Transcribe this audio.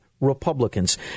republicans